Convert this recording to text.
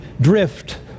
drift